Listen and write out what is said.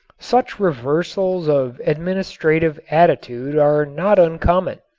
such reversals of administrative attitude are not uncommon.